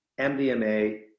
mdma